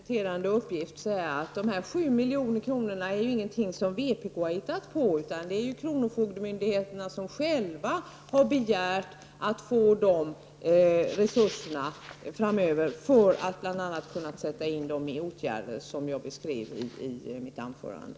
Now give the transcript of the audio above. Herr talman! Jag vill bara som en kompletterande uppgift nämna att de 7 miljoner kronorna inte är någonting som vpk har hittat på, utan det är kronofogdemyndigheterna som själva har begärt att framöver få dessa resurser, detta för att bl.a. kunna sätta in dem i form av sådana åtgärder som jag beskrev i mitt anförande.